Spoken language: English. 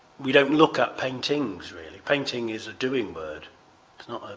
we don't look at paintings really. painting is a doing word. it's not